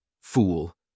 Fool